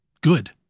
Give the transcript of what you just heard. good